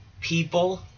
people